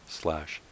slash